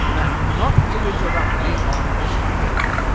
and not to interrupt me on this account.